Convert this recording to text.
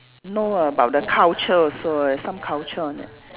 know about the culture also err some culture on it